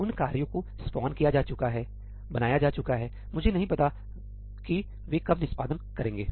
उन कार्यों को स्पॉन किया जा चुका है है बनाया जा चुका हैमुझे नहीं पता कि वे कब निष्पादन करेंगे